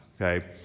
okay